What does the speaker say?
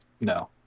no